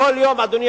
כל יום, אדוני